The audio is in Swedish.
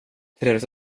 trevligt